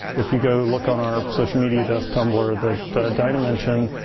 if you go look on our social media desk tumblr that dinah mentioned,